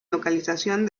localización